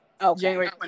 January